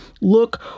look